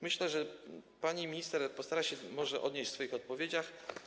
Myślę, że pani minister postara się do nich odnieść w swoich odpowiedziach.